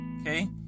okay